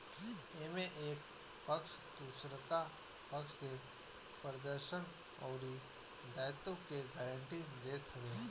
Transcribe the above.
एमे एक पक्ष दुसरका पक्ष के प्रदर्शन अउरी दायित्व के गारंटी देत हवे